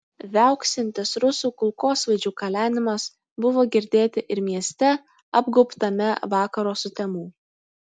viauksintis rusų kulkosvaidžių kalenimas buvo girdėti ir mieste apgaubtame vakaro sutemų